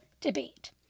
debate